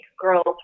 girls